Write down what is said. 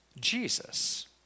Jesus